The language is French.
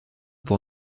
pour